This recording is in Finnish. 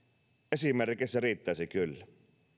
esimerkeissä riittäisi kyllä